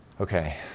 Okay